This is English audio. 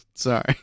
Sorry